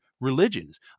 religions